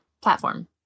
platform